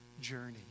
journey